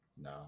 No